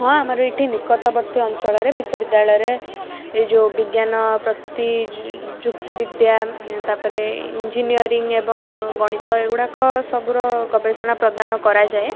ହଁ ଆମର ଏଇଠି ନିକଟବର୍ତ୍ତୀ ଅଞ୍ଚଳରେ ବିଶ୍ୱବିଦ୍ୟାଳୟରେ ଏଇ ଯେଉଁ ବିଜ୍ଞାନ ପ୍ରତି ଯୁକ୍ତି ବିଦ୍ୟା ତା'ପରେ ଇଞ୍ଜିନିୟରିଂ ଏବଂ ଗଣିତ ଏଗୁଡ଼ାକ ସବୁର ଗବେଷଣା ପ୍ରଦାନ କରାଯାଏ